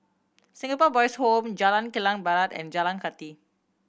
Singapore Boys' Home Jalan Kilang Barat and Jalan Kathi